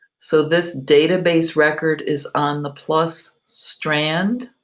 so this database record is on the plus strand,